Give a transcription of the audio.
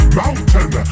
mountain